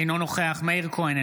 אינו נוכח מאיר כהן,